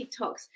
TikToks